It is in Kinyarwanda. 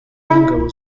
w’ingabo